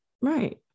right